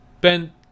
ben